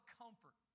comfort